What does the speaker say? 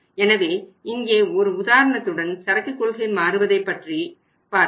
எனவே இங்கே ஒரு உதாரணத்துடன் சரக்கு கொள்கை மாறுவதை பற்றி பார்ப்போம்